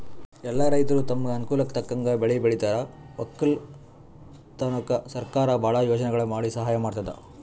ಎಲ್ಲಾ ರೈತರ್ ತಮ್ಗ್ ಅನುಕೂಲಕ್ಕ್ ತಕ್ಕಂಗ್ ಬೆಳಿ ಬೆಳಿತಾರ್ ವಕ್ಕಲತನ್ಕ್ ಸರಕಾರ್ ಭಾಳ್ ಯೋಜನೆಗೊಳ್ ಮಾಡಿ ಸಹಾಯ್ ಮಾಡ್ತದ್